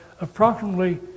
approximately